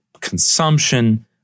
consumption